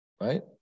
right